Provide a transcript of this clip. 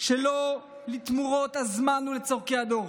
שלו לתמורות הזמן ולצורכי הדור.